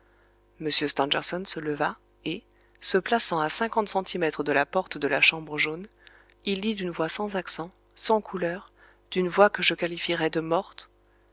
stangerson se leva et se plaçant à cinquante centimètres de la porte de la chambre jaune il dit d'une voix sans accent sans couleur d'une voix que je qualifierai de morte